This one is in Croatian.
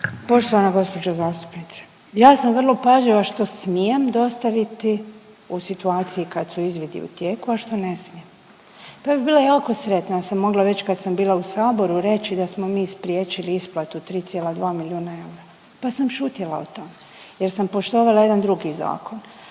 Poštovana gđo. zastupnice, ja sam vrlo pažljiva što smijem dostaviti u situaciji kad su izvidi u tijeku, a što ne smijem. Pa ja bi bila jako sretna da sam mogla reć kad sam bila u saboru reći da smo mi spriječili isplatu 3,2 milijuna eura, tad sam šutjela o tome jer sam poštovala jedan drugi zakon.